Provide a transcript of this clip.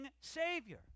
Savior